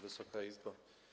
Wysoka Izbo!